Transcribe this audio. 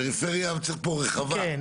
פריפריה, צריך פה רחבה.